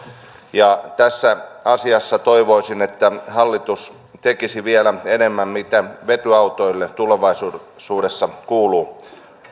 ja tässä asiassa toivoisin että hallitus tekisi vielä enemmän sen suhteen mitä vetyautoille tulevaisuudessa kuuluu